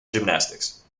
gymnastics